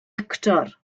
actor